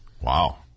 wow